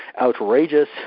outrageous